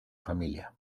familia